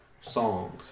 songs